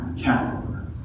caliber